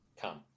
come